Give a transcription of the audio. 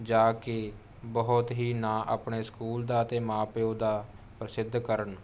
ਜਾ ਕੇ ਬਹੁਤ ਹੀ ਨਾਂ ਆਪਣੇ ਸਕੂਲ ਦਾ ਅਤੇ ਮਾਂ ਪਿਉ ਦਾ ਪ੍ਰਸਿੱਧ ਕਰਨ